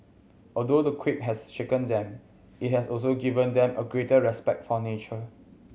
although the quake has shaken them it has also given them a greater respect for nature